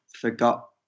forgot